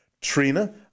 Trina